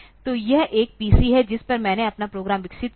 तो यह एक PC है जिस पर मैंने अपना प्रोग्राम विकसित किया है